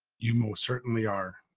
you know certainly are.